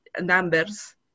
numbers